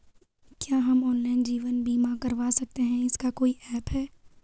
क्या हम ऑनलाइन जीवन बीमा करवा सकते हैं इसका कोई ऐप है?